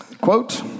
Quote